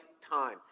time